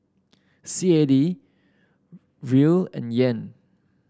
C A D Riel and Yen